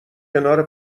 کنار